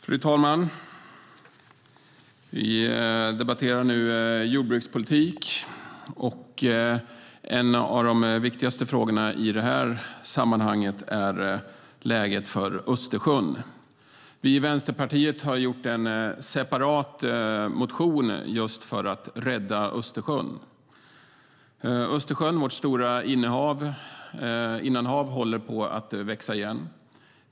Fru talman! Vi debatterar nu jordbrukspolitik, och en av de viktigaste frågorna i detta sammanhang är läget för Östersjön. Vi i Vänsterpartiet har skrivit en separat motion just om att rädda Östersjön. Östersjön, vårt stora innanhav, håller på att växa igen.